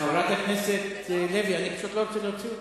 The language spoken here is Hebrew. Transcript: חברת הכנסת לוי, אני פשוט לא רוצה להוציא אותך.